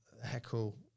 heckle